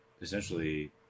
essentially